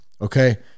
Okay